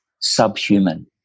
subhuman